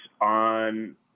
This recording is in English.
on